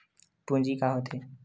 पूंजी का होथे?